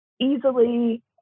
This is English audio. easily